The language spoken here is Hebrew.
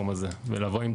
אני מודה לך מאוד.